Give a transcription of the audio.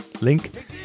Link